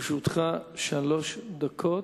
לרשותך שלוש דקות.